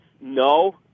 no